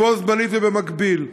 בו-זמנית ובמקביל,